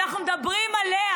אנחנו מדברים עליה.